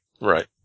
Right